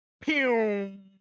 Pew